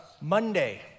Monday